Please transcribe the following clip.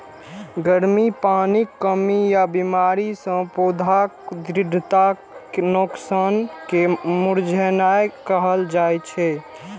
गर्मी, पानिक कमी या बीमारी सं पौधाक दृढ़ताक नोकसान कें मुरझेनाय कहल जाइ छै